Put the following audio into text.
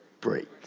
break